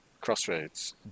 Crossroads